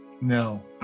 No